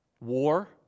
war